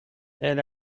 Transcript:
elle